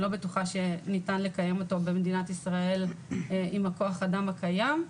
לא בטוחה שניתן לקיים אותו במדינת ישראל עם כוח האדם הקיים.